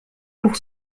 pour